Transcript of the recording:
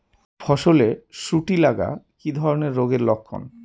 ফসলে শুটি লাগা কি ধরনের রোগের লক্ষণ?